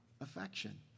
affection